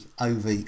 over